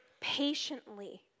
patiently